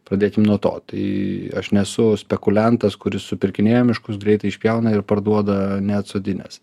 pradėkim nuo to tai aš nesu spekuliantas kuris supirkinėja miškus greitai išpjauna ir parduoda neatsodinęs